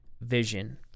vision